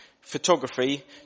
photography